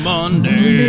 Monday